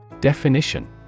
Definition